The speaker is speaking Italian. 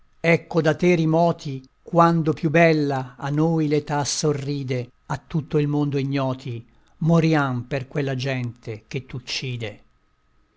ecco da te rimoti quando più bella a noi l'età sorride a tutto il mondo ignoti moriam per quella gente che t'uccide